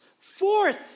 Fourth